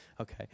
okay